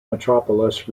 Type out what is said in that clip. metropolis